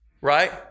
right